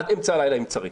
עד אמצע הלילה אם צריך.